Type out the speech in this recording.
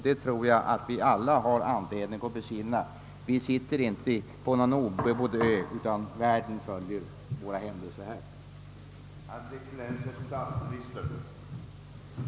Det tror jag att vi alla har anledning att besinna. Vi sitter inte på någon obebodd ö: ute i världen följer man vad som händer hos oss.